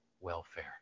welfare